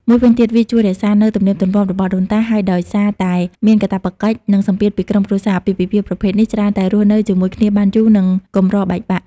មួយវិញទៀត វាជួយរក្សានូវទំនៀមទម្លាប់របស់ដូនតា ហើយដោយសារតែមានកាតព្វកិច្ច និងសម្ពាធពីក្រុមគ្រួសារ អាពាហ៍ពិពាហ៍ប្រភេទនេះច្រើនតែរស់នៅជាមួយគ្នាបានយូរ និងកម្របែកបាក់។